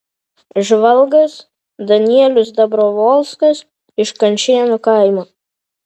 žvalgas danielius dabrovolskas iš kančėnų kaimo